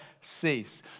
cease